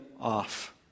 off